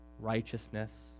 Righteousness